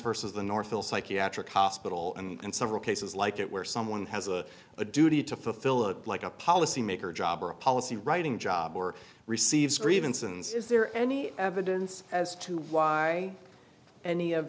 versus the north ill psychiatric hospital and several cases like it where someone has a duty to fulfill a like a policy maker job or a policy writing job or receives a grievance and is there any evidence as to why any of